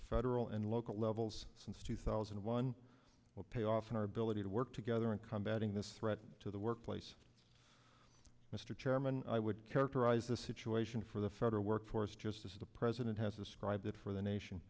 federal and local levels since two thousand and one will pay off in our ability to work together in combat in this threat to the workplace mr chairman i would characterize the situation for the federal workforce just as the president has described it for the nation